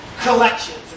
collections